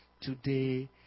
today